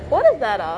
what is that ah